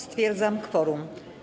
Stwierdzam kworum.